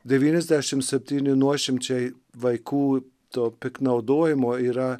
devyniasdešim septyni nuošimčiai vaikų tuo piktnaudojimo yra